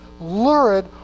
lurid